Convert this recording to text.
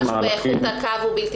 משהו באיכות הקו הוא בלתי